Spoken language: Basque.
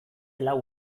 lau